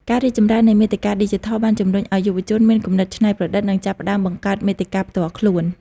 ការរីកចម្រើននៃមាតិកាឌីជីថលបានជំរុញឱ្យយុវជនមានគំនិតច្នៃប្រឌិត និងចាប់ផ្តើមបង្កើតមាតិកាផ្ទាល់ខ្លួន។